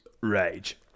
Rage